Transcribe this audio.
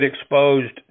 exposed